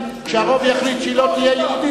כשהרוב יחליט שהיא לא תהיה יהודית,